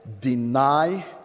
deny